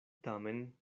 tamen